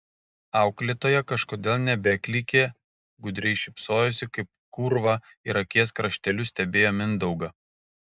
auklėtoja kažkodėl nebeklykė gudriai šypsojosi kaip kūrva ir akies krašteliu stebėjo mindaugą